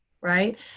right